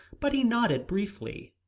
but he nodded briefly.